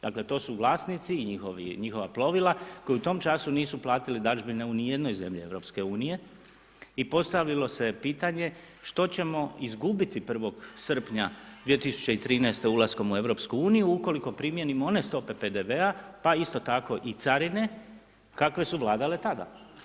Dakle, to su vlasnici i njihova plovila, koja u tom času nisu platili dražbene ni u jednoj zemlji EU, i postavilo se je pitanje, što ćemo izgubiti 1.1.2013. ulaskom u EU, ukoliko primijenimo one stope PDV-a pa isto tako i carine, kakve su vladale tada.